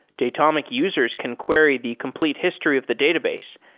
datamic users can query the complete history of the database,